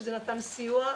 שזה נתן סיוע,